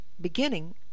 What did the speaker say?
beginning